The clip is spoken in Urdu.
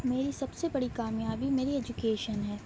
میری سب سے بڑی کامیابی میری ایجوکیشن ہے